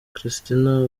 christina